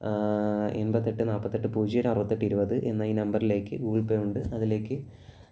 എൺപത്തെട്ട് നാൽപ്പത്തെട്ട് പൂജ്യം ഏഴ് അറുപത്തെട്ട് ഇരുപത് എന്ന ഈ നമ്പറിലേക്ക് ഗൂഗിൾ പേയുണ്ട് അതിലേക്ക്